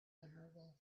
vulnerable